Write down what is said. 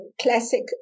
classic